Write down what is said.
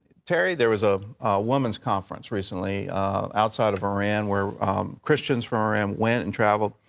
terry, there was a woman's conference recently outside of iran where christians from iran went and traveled.